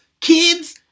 kids